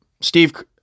Steve